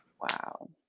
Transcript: wow